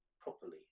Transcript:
properly